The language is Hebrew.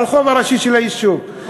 הרחוב הראשי של היישוב.